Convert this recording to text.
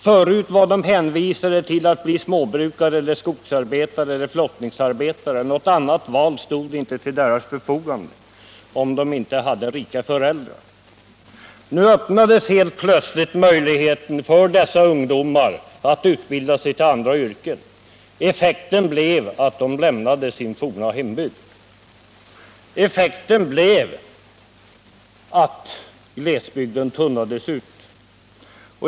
Förut var de hänvisade till att bli småbrukare, skogsbrukare eller flottningsarbetare — något annat val stod inte till deras förfogande, om de inte hade rika föräldrar. Nu öppnades helt plötsligt möjligheten för dessa ungdomar att utbilda sig till andra yrken. Nr 44 Effekten blev att de lämnade sin forna hembygd. Effekten blev att glesbygden tunnades ut.